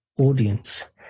audience